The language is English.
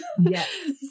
Yes